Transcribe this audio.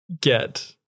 get